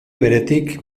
beretik